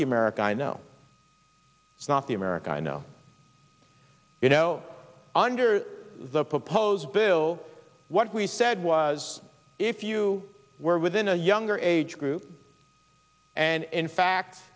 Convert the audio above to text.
the america i know it's not the america i know you know under the proposed bill what we said was if you were within a younger age group and in fact